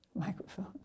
microphone